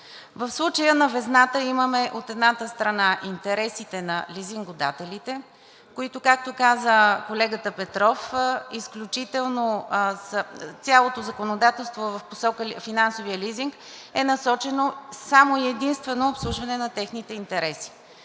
В случая на везната имаме от едната страна интересите на лизингодателите, които, както каза колегата Петров, цялото законодателство е в посока финансовия лизинг и е насочено само и единствено обслужване на техните интереси.